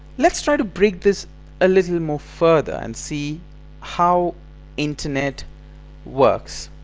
let's try to break this a little more further and see how internet works!